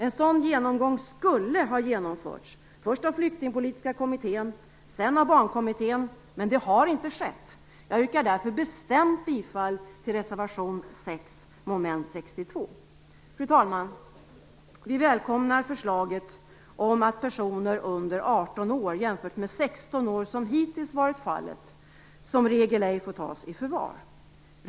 En sådan genomgång skulle ha genomförts, först av Flyktingpolitiska kommittén och sedan av Barnkommittén. Men det har inte skett. Jag yrkar därför bestämt bifall till reservation 6 mom. 62. Fru talman! Vi välkomnar förslaget om att personer under 18 år, jämfört med 16 år som hittills varit fallet, som regel ej får tas i förvar.